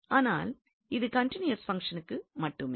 ஆனால் இது கன்டினியூவஸ் பங்ஷனுக்கு மட்டுமே